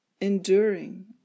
Enduring